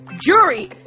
jury